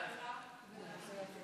לוועדת החינוך, התרבות והספורט נתקבלה.